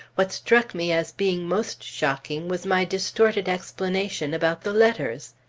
what struck me as being most shocking was my distorted explanation about the letters.